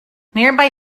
nearby